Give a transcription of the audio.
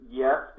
yes